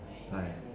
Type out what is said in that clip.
like